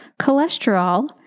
Cholesterol